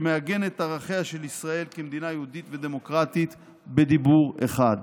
שמעגנת את ערכיה של ישראל כמדינה יהודית ודמוקרטית בדיבור אחד,